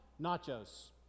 nachos